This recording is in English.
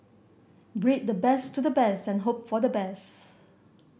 breed the best to the best and hope for the best